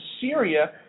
syria